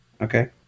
Okay